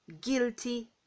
guilty